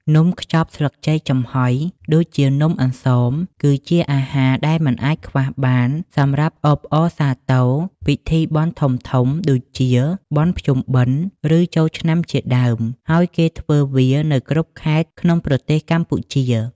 នំខ្ចប់ស្លឹកចេកចំហុយ ដូចជានំអន្សម គឺជាអាហារដែលមិនអាចខ្វះបានសម្រាប់អបអរសាទរពិធីបុណ្យធំៗដូចជាបុណ្យភ្ជុំបិណ្ឌ ឬចូលឆ្នាំជាដើម ហើយគេធ្វើវានៅគ្រប់ខេត្តក្នុងប្រទេសកម្ពុជា។។